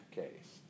case